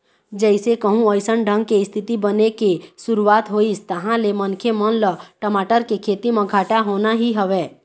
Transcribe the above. जइसे कहूँ अइसन ढंग के इस्थिति बने के शुरुवात होइस तहाँ ले मनखे मन ल टमाटर के खेती म घाटा होना ही हवय